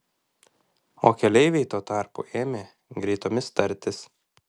o keleiviai tuo tarpu ėmė greitomis tartis